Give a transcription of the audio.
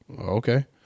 Okay